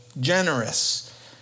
generous